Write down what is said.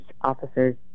officers